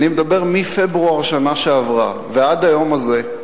אני מדבר מפברואר שנה שעברה ועד היום הזה,